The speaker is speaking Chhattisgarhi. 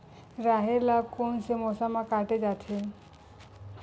राहेर ल कोन से मौसम म काटे जाथे?